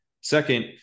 second